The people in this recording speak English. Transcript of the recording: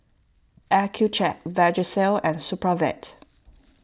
Accucheck Vagisil and Supravit